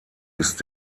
ist